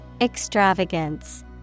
Extravagance